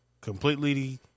completely